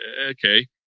okay